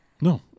No